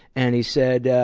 and he said,